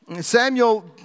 Samuel